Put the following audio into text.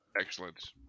excellent